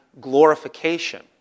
glorification